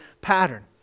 pattern